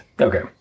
Okay